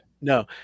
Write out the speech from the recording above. no